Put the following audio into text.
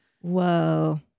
whoa